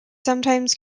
sometimes